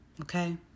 okay